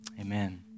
Amen